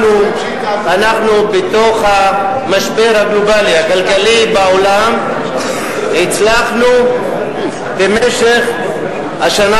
אנחנו בתוך המשבר הגלובלי הכלכלי בעולם הצלחנו במשך השנה